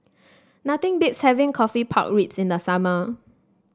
nothing beats having coffee Pork Ribs in the summer